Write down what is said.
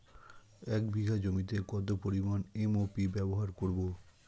এক বিঘা জমিতে কত পরিমান এম.ও.পি ব্যবহার করব?